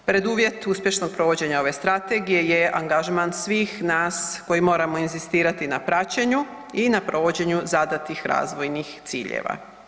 Preduvjet uspješnog provođenja ove strategije je angažman svih nas koji moramo inzistirati na praćenju i na provođenju zadatih razvojnih ciljeva.